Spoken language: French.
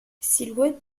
silhouette